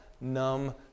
numb